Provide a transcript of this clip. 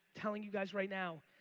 telling you guys right now,